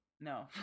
No